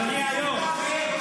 אדוני היו"ר,